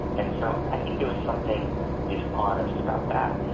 and so i think there is something dishonest about that.